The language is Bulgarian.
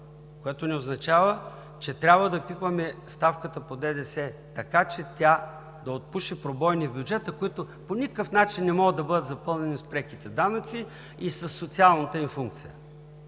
което не означава, че трябва да пипаме ставката по ДДС, така че тя да отпуши пробойни в бюджета, които по никакъв начин не могат да бъдат запълнени с преките данъци и със засилване на социалната им функция.